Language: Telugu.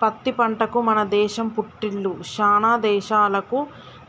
పత్తి పంటకు మన దేశం పుట్టిల్లు శానా దేశాలకు